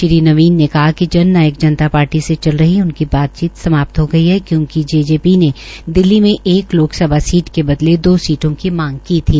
श्री नवीन ने कहा कि जन नायक जनता पार्टी से चलरही उनकी बातचीत समाप्त हो गई क्योकि जेजेपी ने दिल्ली में एक लोकसभा सीट के बदले दो सीटों की मांग की थी